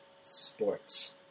sports